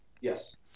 Yes